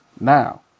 Now